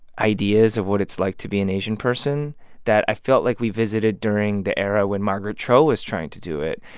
ideas of what it's like to be an asian person that i felt like we visited during the era when margaret cho was trying to do it,